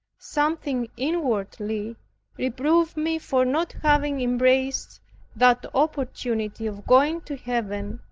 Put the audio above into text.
something inwardly reproved me, for not having embraced that opportunity of going to heaven,